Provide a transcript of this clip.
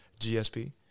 GSP